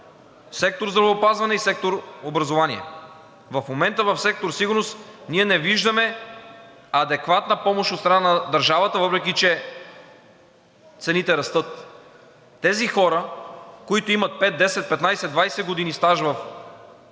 сектор „Здравеопазване“ и сектор „Образование“. В момента в сектор „Сигурност“ ние не виждаме адекватна помощ от страна на държавата, въпреки че цените растат. Тези хора, които имат 5, 10, 15, 20 години стаж в системата